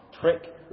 trick